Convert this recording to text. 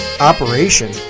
operation